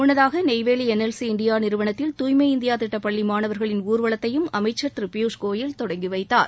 முன்னதாக Neyveli NLC India நிறுவனத்தில் தூய்மை இந்தியா திட்ட பள்ளி மாணவர்களின் ஊர்வலத்தையும் அமைச்சர் திரு பியூஷ் கோயல் தொடங்கி வைத்தார்